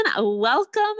welcome